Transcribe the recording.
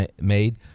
made